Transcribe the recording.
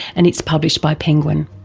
and it's published by penguin.